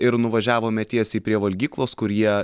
ir nuvažiavome tiesiai prie valgyklos kur jie